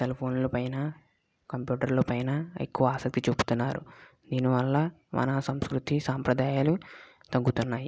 cell ఫోన్లుపైన కంప్యూటర్లపైన ఎక్కువ ఆసక్తి చూపుతున్నారు దీనివల్ల మన సంస్కృతి సాంప్రదాయాలు తగ్గుతున్నాయి